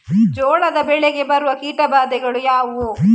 ಜೋಳದ ಬೆಳೆಗೆ ಬರುವ ಕೀಟಬಾಧೆಗಳು ಯಾವುವು?